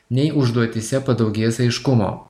nei užduotyse padaugės aiškumo